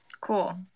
Cool